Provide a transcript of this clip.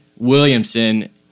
Williamson